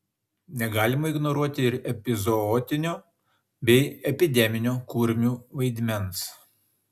negalima ignoruoti ir epizootinio bei epideminio kurmių vaidmens